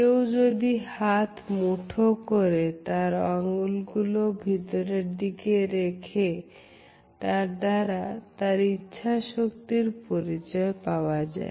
কেউ যদি হাত মুঠো করে তারা আঙ্গুলগুলি ভেতরের দিকে করে রাখে তার দ্বারা তার ইচ্ছাশক্তির পরিচয় পাওয়া যায়